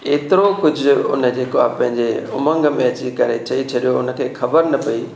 हेतिरो कुझु जेको उन जेको पंहिंजे उमंग में अची करे चेई छॾियो उनखे ख़बर न पई